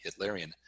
Hitlerian